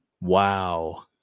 Wow